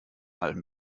allem